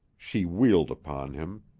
she wheeled upon him.